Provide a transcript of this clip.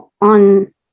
on